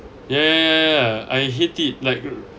ya ya ya I hate it like